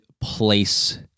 place